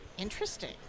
Interesting